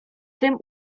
tym